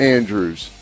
Andrews